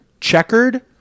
checkered